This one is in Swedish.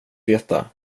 veta